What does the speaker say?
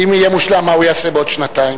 אם יהיה מושלם, מה הוא יעשה בעוד שנתיים?